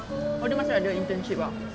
oh dia masih ada internship ah